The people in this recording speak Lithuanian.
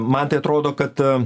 man tai atrodo kad